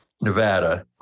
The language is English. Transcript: Nevada